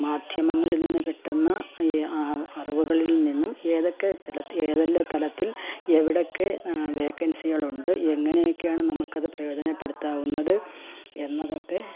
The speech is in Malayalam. മാധ്യമങ്ങളിൽ നിന്ന് കിട്ടുന്ന ഈ അറിവുകളിൽ നിന്നും ഏതൊക്കെ തലത്തിൽ ഏതെല്ലാം തലത്തിൽ എവിടെയൊക്കെ വേക്കൻസികൾ ഉണ്ട് എങ്ങനെയെക്കെയാണ് നമ്മൾക്ക് അത് പ്രയോജനപ്പെടുത്താവുന്നത് എന്നതൊക്കെ